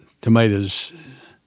tomatoes